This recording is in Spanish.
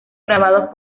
grabados